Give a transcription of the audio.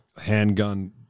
handgun